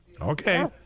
Okay